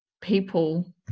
people